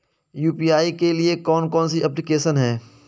UPI के लिए कौन कौन सी एप्लिकेशन हैं?